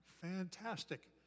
Fantastic